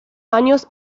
años